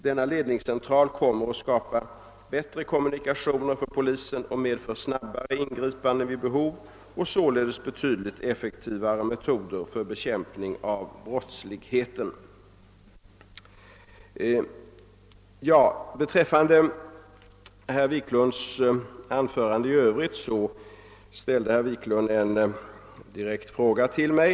Denna central kommer att skapa bättre kommunikationer för polisen och medföra snabbare ingripanden vid behov och således effektivare metoder för bekämpningen av brottsligheten. Sedan ställde herr Wiklund i Stockholm en direkt fråga till mig.